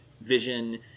vision